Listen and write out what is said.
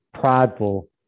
prideful